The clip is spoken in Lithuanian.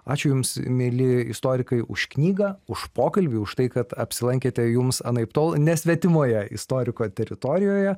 ačiū jums mieli istorikai už knygą už pokalbį už tai kad apsilankėte jums anaiptol ne svetimoje istoriko teritorijoje